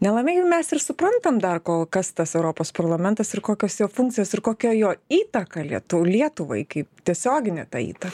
nelabai mes ir suprantam dar kol kas tas europos parlamentas ir kokios jo funkcijos ir kokia jo įtaka lietu lietuvai kaip tiesioginė ta įta